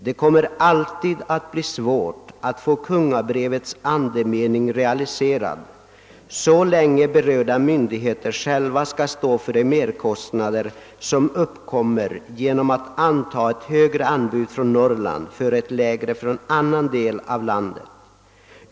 Det kommer alltid att bli svårt, att få kungabrevets andemening realiserad, så länge berörda myndigheter själva skall stå för de merkostnader, som uppkommer genom att anta ett högre anbud från Norrland före ett lägre från annan del av landet.